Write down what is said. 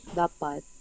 dapat